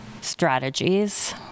strategies